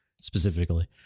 specifically